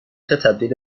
تبدیل